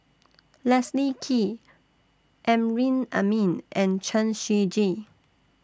Leslie Kee Amrin Amin and Chen Shiji